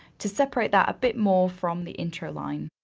to separate that a bit more from the interline,